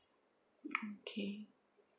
okay